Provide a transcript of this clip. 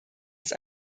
ist